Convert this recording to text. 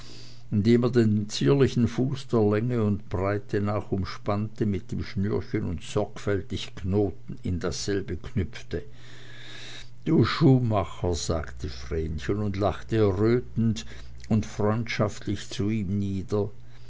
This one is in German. indem er den zierlichen fuß der länge und breite nach umspannte mit dem schnürchen und sorgfältig knoten in dasselbe knüpfte du schuhmacher sagte vrenchen und lachte errötend und freundschaftlich zu ihm nieder